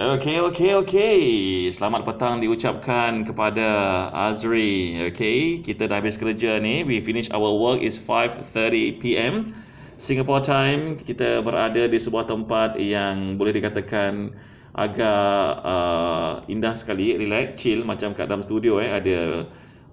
okay okay okay selamat petang diucapkan kepada azri okay kita dah habis kerja ni we finish our work it's five thirty P_M singapore time kita berada di sebuah tempat yang boleh dikatakan um agak uh indah sekali relax chill macam kat dalam studio eh ada